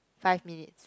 five minutes